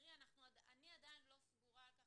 אני עדיין לא סגורה על כך